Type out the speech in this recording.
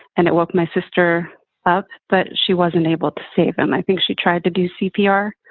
and it woke my sister up, but she wasn't able to save. and i think she tried to do cpr,